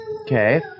Okay